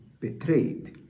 betrayed